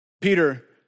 Peter